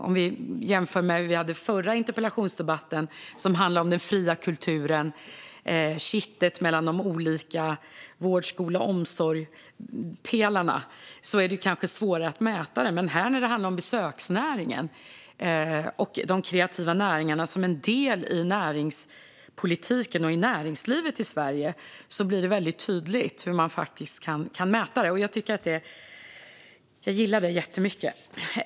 Man kan jämföra med den förra interpellationsdebatten som handlade om den fria kulturen och kittet mellan pelarna vård, skola och omsorg. Där är det kanske svårare att mäta det. Men när det handlar om besöksnäringen och de kreativa näringarna som en del i näringspolitiken och i näringslivet i Sverige blir det mycket tydligt hur man faktiskt kan mäta detta. Jag gillar det jättemycket.